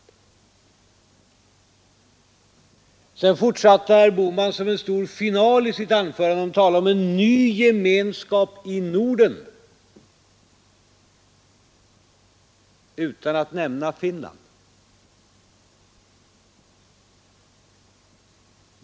Sedan fortsatte herr Bohman med om veterligen själv har dementerat detta att såsom en stor final i sitt anförande tala om en ny gemenskap i Norden utan att nämna Finland.